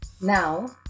Now